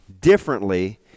differently